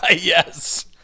Yes